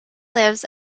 lives